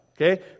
okay